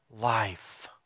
life